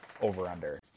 over-under